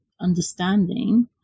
understanding